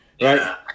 right